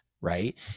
right